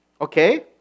Okay